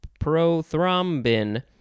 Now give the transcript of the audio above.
prothrombin